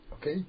Okay